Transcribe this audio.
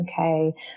Okay